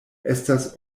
estas